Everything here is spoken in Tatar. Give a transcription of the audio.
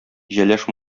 җәләш